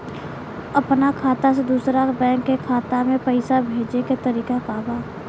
अपना खाता से दूसरा बैंक के खाता में पैसा भेजे के तरीका का बा?